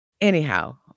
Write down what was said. Anyhow